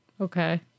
Okay